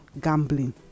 gambling